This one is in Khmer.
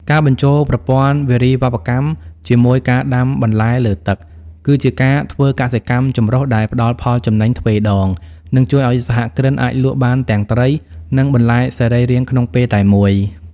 ការបញ្ចូលប្រព័ន្ធវារីវប្បកម្មជាមួយការដាំបន្លែលើទឹក គឺជាការធ្វើកសិកម្មចម្រុះដែលផ្ដល់ផលចំណេញទ្វេដង និងជួយឱ្យសហគ្រិនអាចលក់បានទាំងត្រី និងបន្លែសរីរាង្គក្នុងពេលតែមួយ។